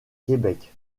québec